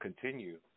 continue